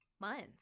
months